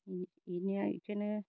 इनिया इखोनो